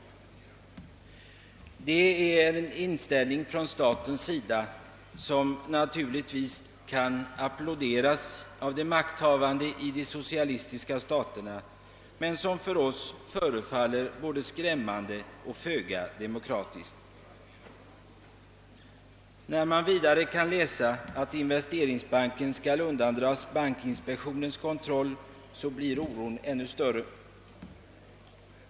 Det är en inställning från statens sida som naturligtvis kan applåderas av de makthavande i de socialistiska staterna men som förefaller oss både skrämmande och föga demokratisk. När man vidare kan läsa, att investeringsbanken skall undandras bankinspektionens kontroll, blir oron ännu större.